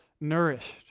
nourished